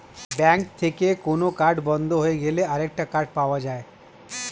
bank থেকে কোন card বন্ধ হয়ে গেলে আরেকটা কার্ড পাওয়া যায়